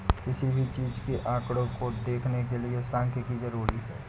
किसी भी चीज के आंकडों को देखने के लिये सांख्यिकी जरूरी हैं